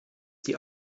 die